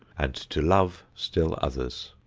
and to love still others.